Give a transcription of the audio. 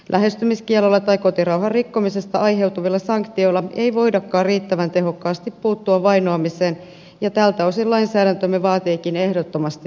lähestymiskiellolla tai kotirauhan rikkomisesta aiheutuvilla sanktioilla ei voidakaan riittävän tehokkaasti puuttua vainoamiseen ja tältä osin lainsäädäntömme vaatiikin ehdottomasti täydennystä